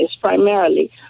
primarily